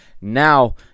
Now